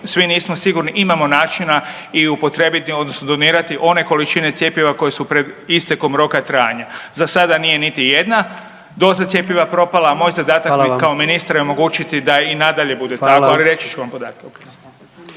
svi nismo sigurni imamo načina i upotrijebiti odnosno donirati one količine cjepiva koje su pred istekom roka trajanja. Za sada nije niti jedna doza cjepiva propala …/Upadica predsjednik: Hvala vam./… a moj zadatak kao ministra je omogućiti da i nadalje bude tako, ali reći ću vam podatke